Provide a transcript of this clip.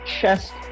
chest-